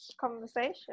conversation